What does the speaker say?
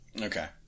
Okay